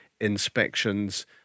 inspections